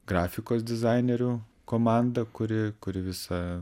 grafikos dizainerių komanda kuri kuri visą